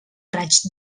raig